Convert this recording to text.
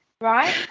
Right